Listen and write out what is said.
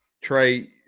Trey